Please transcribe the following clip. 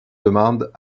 demande